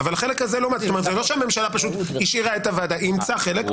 אבל זה לא שהממשלה השאירה פשוט את הוועדה היא אימצה חלק,